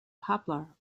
poplar